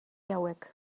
hauek